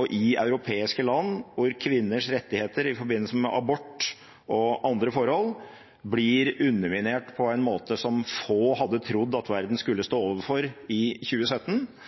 og i europeiske land hvor kvinners rettigheter i forbindelse med abort og andre forhold blir underminert på en måte som få hadde trodd verden skulle stå overfor i 2017,